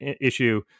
issue